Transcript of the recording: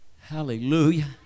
Hallelujah